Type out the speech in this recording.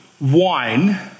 wine